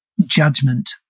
judgment